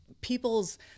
people's